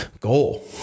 goal